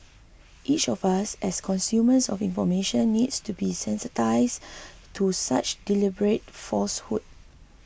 each of us as consumers of information needs to be sensitised to such deliberate falsehood